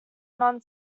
non